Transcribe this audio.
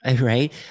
right